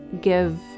give